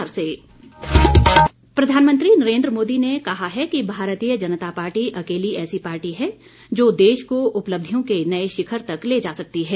भाजपा अधिवेशन प्रधानमंत्री नरेन्द्र मोदी ने कहा है कि भारतीय जनता पार्टी अकेली ऐसी पार्टी है जो देश को उपलब्धियों के नए शिखर तक ले जा सकती है